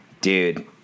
Dude